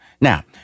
Now